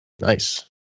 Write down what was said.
Nice